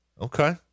Okay